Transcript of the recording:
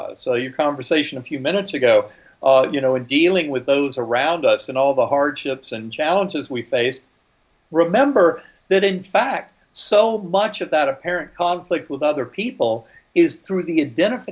us so your conversation a few minutes ago you know in dealing with those around us and all the hardships and challenges we face remember that in fact so much of that apparent conflict with other people is through the